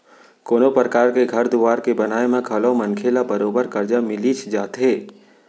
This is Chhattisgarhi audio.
कोनों परकार के घर दुवार के बनाए म घलौ मनखे ल बरोबर करजा मिलिच जाथे